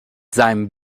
seinem